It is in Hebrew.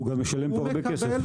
הוא גם משלם פה הרבה כסף.